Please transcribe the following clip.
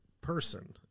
person